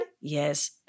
Yes